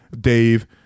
Dave